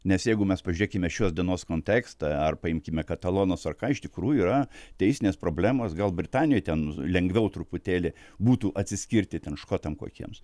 nes jeigu mes pažiūrėkime šios dienos kontekstą ar paimkime katalonus ar ką iš tikrųjų yra teisinės problemos gal britanijoj ten lengviau truputėlį būtų atsiskirti ten škotam kokiems